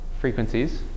frequencies